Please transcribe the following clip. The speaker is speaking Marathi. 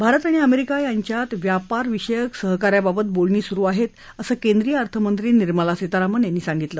भारत आणि अमेरिका यांच्यात व्यापार विषयक सहकार्याबाबत बोलणी सुरु आहेतअसं केंद्रीय अर्थमंत्री निर्मला सीतारामन यांनी सांगितलं